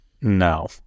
No